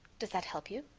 does that help you?